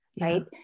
right